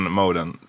moden